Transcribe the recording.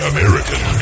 American